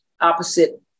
opposite